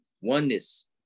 Oneness